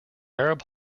arab